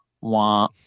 wah